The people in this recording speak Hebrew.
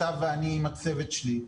אתה ואני עם הצוות שלי,